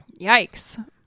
Yikes